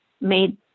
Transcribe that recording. made